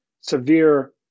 severe